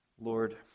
Lord